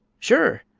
sure!